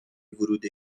ورود